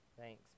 Thanks